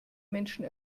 menschen